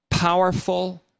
powerful